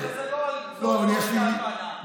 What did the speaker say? זה לא יגזול, לא, אבל יש לי עוד נושא.